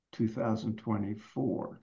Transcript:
2024